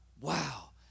wow